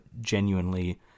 genuinely